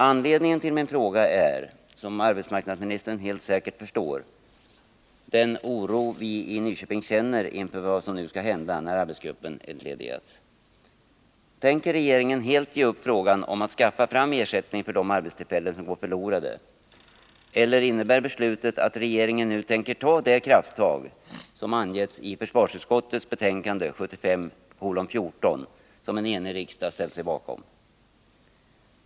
Anledningen till min interpellation är, som arbetsmarknadsministern helt säkert förstår, den oro vi i Nyköping känner inför vad som nu skall hända när arbetsgruppen entledigats. Tänker regeringen helt ge upp frågan om att skaffa fram ersättning för de arbetstillfällen som går förlorade, eller innebär beslutet att regeringen nu tänker ta det krafttag som angetts i försvarsutskottets betänkande 1975:14 och som en enig riksdag ställde sig bakom?